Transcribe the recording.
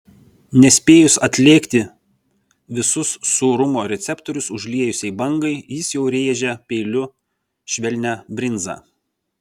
nespėjus atlėgti visus sūrumo receptorius užliejusiai bangai jis jau rėžia peiliu švelnią brinzą